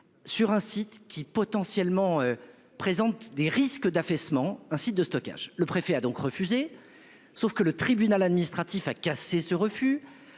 Sur un site qui potentiellement présente des risques d'affaissement un site de stockage. Le préfet a donc refusé. Sauf que le tribunal administratif a cassé ce refus,